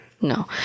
No